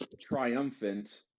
triumphant